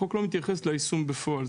החוק לא מתייחס ליישום בפועל,